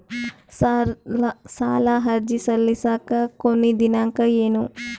ಸಾಲ ಅರ್ಜಿ ಸಲ್ಲಿಸಲಿಕ ಕೊನಿ ದಿನಾಂಕ ಏನು?